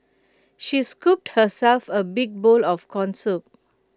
she scooped herself A big bowl of Corn Soup